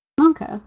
Okay